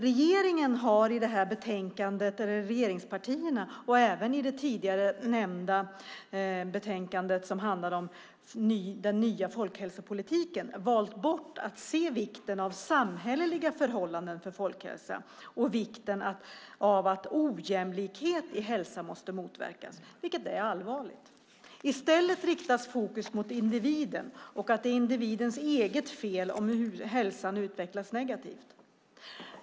Regeringspartierna har i det här betänkandet och även i det tidigare nämnda betänkandet som handlar om den nya folkhälsopolitiken valt bort att se vikten av samhälleliga förhållanden för folkhälsa och vikten av att ojämlikhet i hälsa måste motverkas, vilket är allvarligt. I stället riktas fokus mot individen och att det är individens eget fel om hälsan utvecklas negativt.